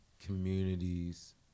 communities